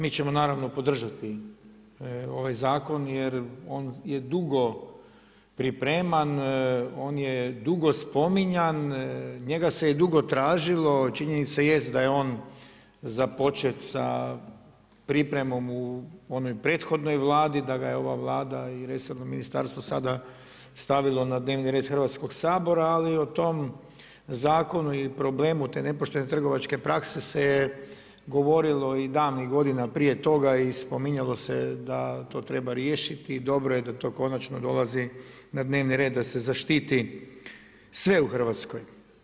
Mi ćemo naravno podržati ovaj zakon jer on je dugo pripreman, on je dugo spominjan, njega se i dugo tražilo, činjenica jest da je on započet sa pripremom u onoj prethodnoj Vladi, da ga je ova Vlada i resorno ministarstvo sada stavilo na dnevni red Hrvatskog sabora ali o tom zakonu i probleme te nepoštene trgovačke prakse se je govorilo i davnih godina prije toga i spominjalo se da to treba riješiti, dobro je da to konačno dolazi na dnevni red da se zaštiti sve u Hrvatskoj.